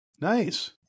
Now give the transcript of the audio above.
Nice